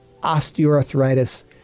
osteoarthritis